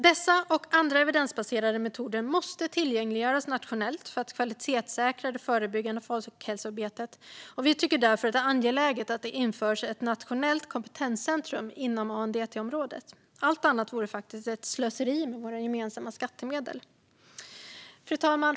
Dessa och andra evidensbaserade metoder måste tillgängliggöras nationellt för att kvalitetssäkra det förebyggande folkhälsoarbetet. Vi tycker därför att det är angeläget att det införs ett nationellt kompetenscentrum inom ANDT-området. Allt annat vore faktiskt slöseri med våra gemensamma skattemedel. Fru talman!